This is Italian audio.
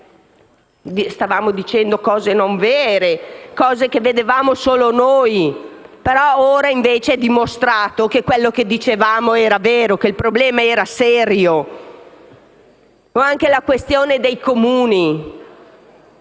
stavamo dicendo cose non vere, cose che vedevamo solo noi; ora però è dimostrato che quanto dicevamo era vero e che il problema era serio. C'è poi la questione dei Comuni: